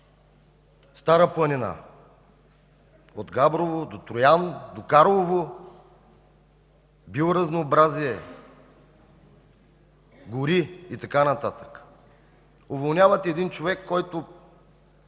Стара планина от Габрово до Троян, до Карлово – биоразнообразие, гори и така нататък. Уволнявате един човек, който